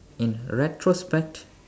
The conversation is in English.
in retrospect